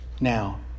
now